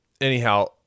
Anyhow